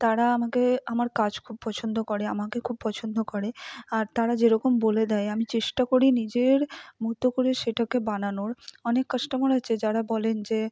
তারা আমাকে আমার কাজ খুব পছন্দ করে আমাকে খুব পছন্দ করে আর তারা যেরকম বলে দেয় আমি চেষ্টা করি নিজের মতো করে সেটাকে বানানোর অনেক কাস্টমার আছে যারা বলেন যে